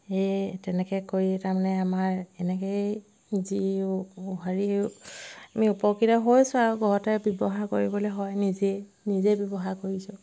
সেই তেনেকৈ কৰি তাৰমানে আমাৰ এনেকেই যি হেৰি আমি উপকৃত হৈছোঁ আৰু ঘৰতে ব্যৱহাৰ কৰিবলৈ হয় নিজেই নিজেই ব্যৱহাৰ কৰিছোঁ